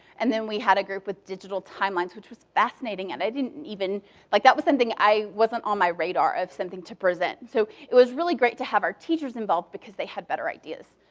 and then we had a group with digital timelines, which was fascinating. and i didn't even like that was something i wasn't on my radar of something to present. so it was really great to have our teachers involved because they had better ideas.